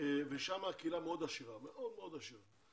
בישראל ושם הקהילה מאוד מאוד עשירה.